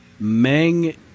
Meng